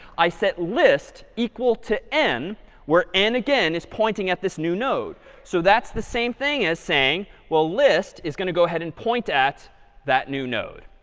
i set list equal to n where n again is pointing at this new node. so that's the same thing as saying, well, list is going to go ahead and point at that new node.